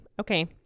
okay